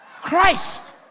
Christ